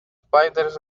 spiders